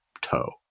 toe